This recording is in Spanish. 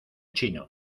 chino